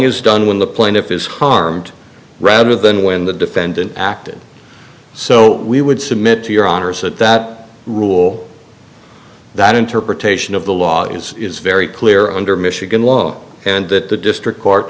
is done when the plaintiff is harmed rather than when the defendant acted so we would submit to your honors that that rule that interpretation of the law is very clear under michigan low and that the district court